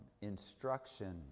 instruction